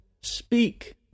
speak